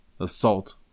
assault